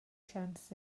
siawns